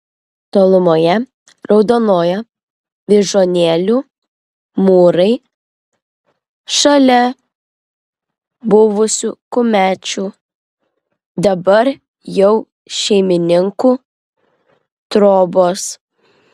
tolumoje raudonuoja vyžuonėlių mūrai šalia buvusių kumečių dabar jau šeimininkų trobos